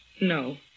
No